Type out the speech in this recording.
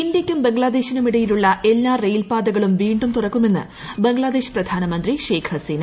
ഇന്ത്യയ്ക്കും ബംഗ്ലാദേശിനും ഇടയിലുള്ള എല്ലാ റെയിൽപാതകളും വീണ്ടും തുറക്കുമെന്ന് ബംഗ്ലാദേശ് പ്രധാനമന്ത്രി ഷെയ്ഖ് ഹസീന